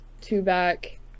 two-back